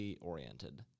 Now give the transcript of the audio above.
oriented